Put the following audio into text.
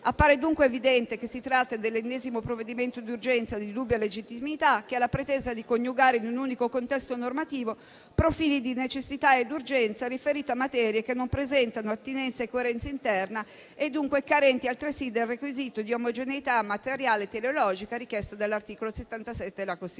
Appare dunque evidente che si tratta dell'ennesimo provvedimento d'urgenza di dubbia legittimità, che ha la pretesa di coniugare in un unico contesto normativo profili di necessità ed urgenza riferiti a materie che non presentano attinenza e coerenza interna e, dunque, carenti altresì del requisito di omogeneità materiale e teleologica, come richiesto dall'articolo 77 della Costituzione.